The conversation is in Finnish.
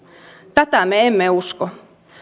tätä me emme usko